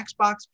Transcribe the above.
Xbox